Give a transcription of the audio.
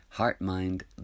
Heart-mind